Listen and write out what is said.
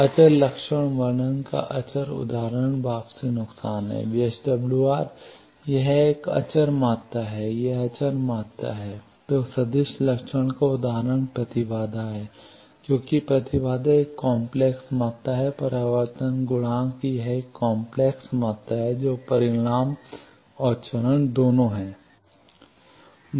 अचर लक्षण वर्णन का अचर उदाहरण वापसी नुकसान है VSWR यह एक अचर मात्रा है यह अचर मात्रा है तो सदिश लक्षण का उदाहरण प्रतिबाधा है क्योंकि प्रतिबाधा एक काम्प्लेक्स मात्रा है परावर्तन गुणांक यह एक काम्प्लेक्स मात्रा है जो परिमाण और चरण दोनों है